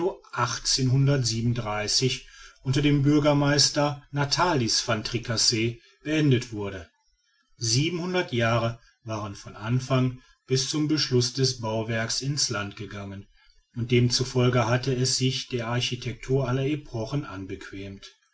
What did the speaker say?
unter dem bürgermeister natalis van tricasse beendet wurde siebenhundert jahre waren von anfang bis zum beschluß des bauwerks in's land gegangen und demzufolge hatte es sich der architektur aller epochen